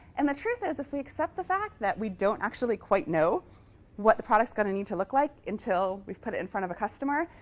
and the truth is that if we accept the fact that we don't actually quite know what the product's going to need to look like until we've put in front of a customer,